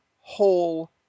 whole